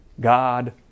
God